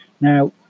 Now